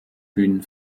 bühnen